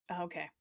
Okay